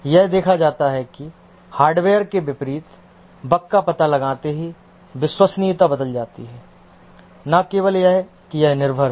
यह देखा जाता है कि हार्डवेयर के विपरीत बग का पता लगते ही विश्वसनीयता बदल जाती है न केवल यह कि यह निर्भर है